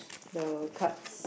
the cards